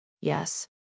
Yes